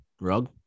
rug